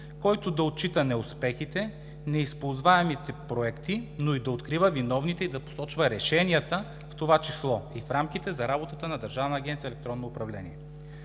който да отчита неуспехите, неизползваемите проекти, но и да открива виновните и да посочва решенията, в това число и в рамките на работата на Държавна агенция „Електронно управление“?